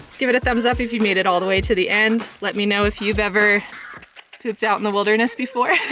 give it a thumbs up if you've made it all the way to the end. let me know if you've ever pooped out in the wilderness before,